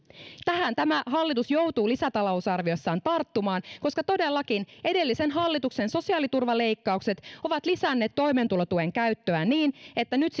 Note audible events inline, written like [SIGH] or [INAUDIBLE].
tähän tämä hallitus joutuu lisätalousarviossaan tarttumaan koska todellakin edellisen hallituksen sosiaaliturvaleikkaukset ovat lisänneet toimeentulotuen käyttöä niin että nyt [UNINTELLIGIBLE]